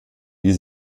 die